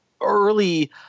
early